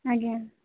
ଆଜ୍ଞା